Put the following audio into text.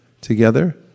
together